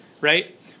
right